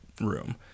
room